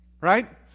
Right